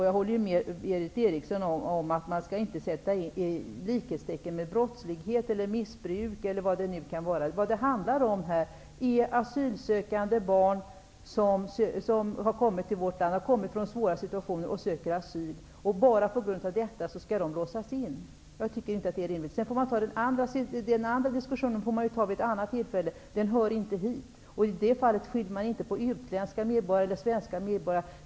Jag håller med Berith Eriksson om att man inte skall sätta likhetstecken mellan förvarstagande och brottslighet, missbruk eller vad det nu kan vara. Det handlar här om asylsökande barn som har kommit till vårt land från svåra situationer. Bara på grund av detta skall de låsas in. Jag tycker inte att det är rimligt. Den andra diskussionen får vi ta vid ett annat tillfälle. Den hör inte hit. I det fallet skyllde man inte på utländska medborgare eller svenska medborgare.